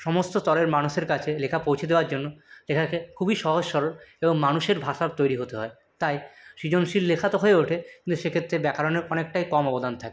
সমস্ত স্তরের মানুষের কাছে লেখা পৌঁছে দেওয়ার জন্য লেখাকে খুবই সহজ সরল ও মানুষের ভাষার তৈরি হতে হয় তাই সৃজনশীল লেখাতো হয়ে ওঠে কিন্তু সেক্ষেত্রে ব্যাকারণের অনেকটাই কম অবদান থাকে